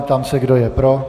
Ptám se, kdo je pro.